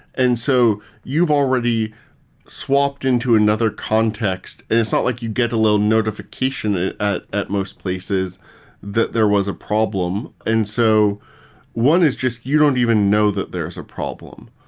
and so you've already swapped into another context, and it's not like you get a little notification ah at at most places that there was a problem. and so one is just you don't even know that there's a problem.